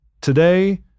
Today